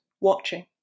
watching